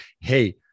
hey